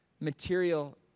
material